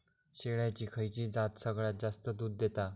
शेळ्यांची खयची जात सगळ्यात जास्त दूध देता?